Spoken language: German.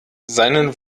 seinen